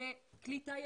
קליטה ישירה.